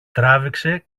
τράβηξε